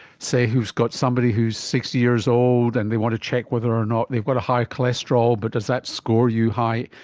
say, who's got somebody who is sixty years old and they want to check whether or not they've got a high cholesterol but does that score you high?